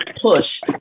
push